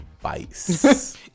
vice